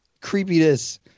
creepiness